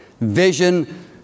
vision